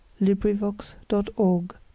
LibriVox.org